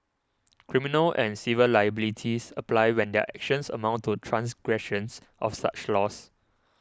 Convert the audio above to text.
criminal and civil liabilities apply when their actions amount to transgressions of such laws